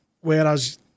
whereas